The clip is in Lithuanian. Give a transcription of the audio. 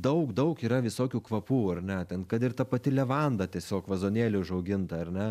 daug daug yra visokių kvapų ar ne ten kad ir ta pati levanda tiesiog vazonėly užauginta ar ne